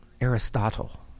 Aristotle